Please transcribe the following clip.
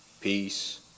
peace